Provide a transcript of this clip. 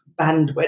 bandwidth